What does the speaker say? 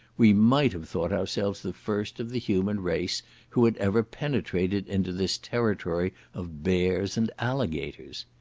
we might have thought ourselves the first of the human race who had ever penetrated into this territory of bears and alligators.